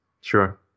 Sure